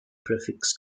prefix